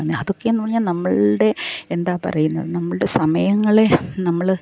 അതൊക്കെന്നു പറഞ്ഞാൽ നമ്മളുടെ എന്താണ് പറയുന്നത് നമ്മളുടെ സമയങ്ങളെ നമ്മൾ